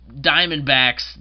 Diamondbacks